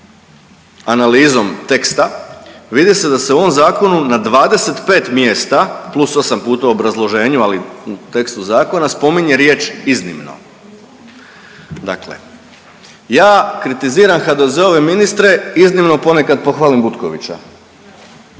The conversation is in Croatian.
analizom teksta vidi se da se u ovom zakonu na 25 mjesta plus 8 puta u obrazloženju, ali u tekstu zakona spominje riječ iznimno. Dakle, ja kritiziram HDZ-ove ministre iznimno ponekad pohvalim Butkovića,